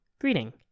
greeting